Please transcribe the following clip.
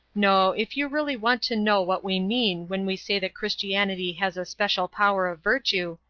no, if you really want to know what we mean when we say that christianity has a special power of virtue,